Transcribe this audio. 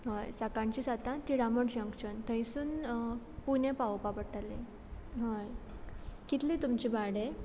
हय सकाणच्या साता तिडामोळ जंक्शन थंयसून पुने पावोपा पडटलें हय कितले तुमचें भाडें